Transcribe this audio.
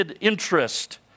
interest